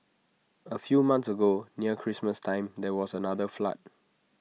A few months ago near Christmas time there was another flood